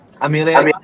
Amelia